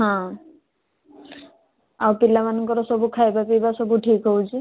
ହଁ ଆଉ ପିଲାମାନଙ୍କର ସବୁ ଖାଇବା ପିଇବା ସବୁ ଠିକ ହେଉଛି